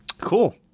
Cool